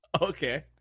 Okay